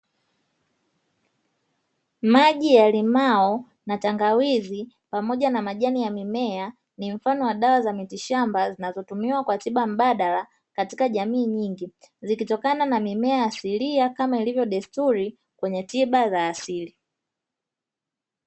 Maji ya limao na tangawizi pamoja na majani ya mimea, ni mfano wa dawa za miti shamba zinazotumiwa kwa tiba mbadala katika jamii nyingi, zikitokana na mimea asilia kama ilivyo desturi kwenye tiba za asili.